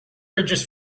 bridges